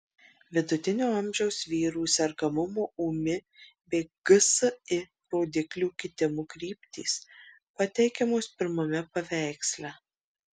vidutinio amžiaus vyrų sergamumo ūmi bei gsi rodiklių kitimo kryptys pateikiamos pirmame paveiksle